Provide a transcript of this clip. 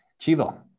Chido